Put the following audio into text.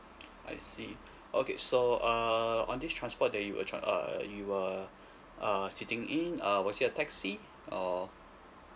I see okay so uh on this transport that you were tran~ uh you were uh sitting in uh was it a taxi or